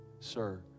Sir